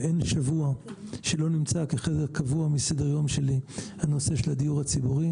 ואין שבוע שלא נמצא כחלק קבוע מסדר-היום שלי הנושא של הדיור הציבורי.